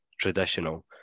traditional